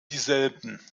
dieselben